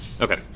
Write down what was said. Okay